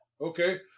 Okay